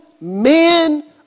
men